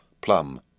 plum